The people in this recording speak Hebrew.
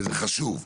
וזה חשוב.